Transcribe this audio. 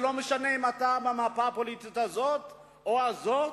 לא משנה אם אתה מהמפה הפוליטית הזאת או הזאת,